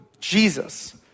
Jesus